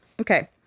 Okay